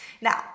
Now